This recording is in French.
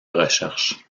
recherche